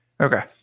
Okay